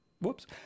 whoops